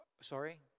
sorry